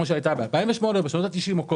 שהייתה ב-2008 או בשנות ה-90 או קודם,